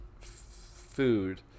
food